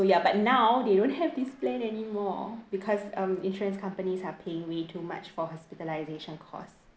ya but now they don't have this plan anymore because um insurance companies are paying way too much for hospitalization costs